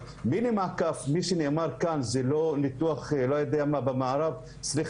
אבל מה שנאמר כאן על מיני מעקף שזה לא ניתוח שמבוצע במערב - סליחה,